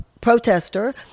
protester